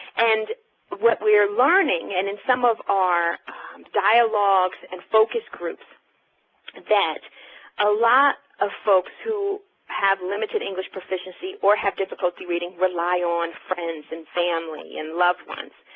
and what we're learning and in some of our dialogues and focus groups that a lot of folks who have limited english proficiency or have difficulty reading rely on friends and family and loved ones.